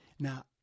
Now